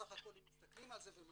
בסך הכול אם מסתכלים על זה ומשווים,